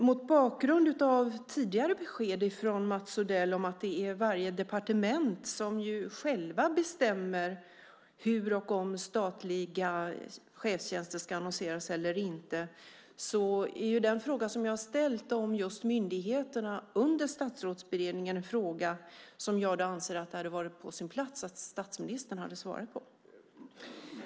Mot bakgrund av tidigare besked från Mats Odell om att det är varje departement som själv bestämmer hur och om statliga chefstjänster ska annonseras ut eller inte anser jag att det hade varit på sin plats om statsministern hade besvarat de frågor som jag har ställt om myndigheterna under Statsrådsberedningen.